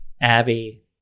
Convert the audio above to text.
Abby